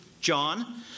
John